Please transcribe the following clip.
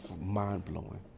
Mind-blowing